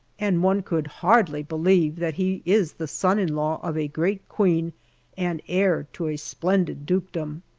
and one could hardly believe that he is the son-in-law of a great queen and heir to a splendid dukedom.